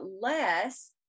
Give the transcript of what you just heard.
less